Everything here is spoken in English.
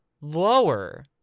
lower